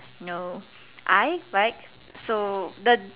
no I like so the